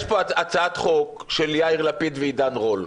יש פה הצעת חוק של יאיר לפיד ועידן רול,